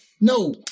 No